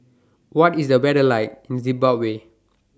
What IS The weather like in Zimbabwe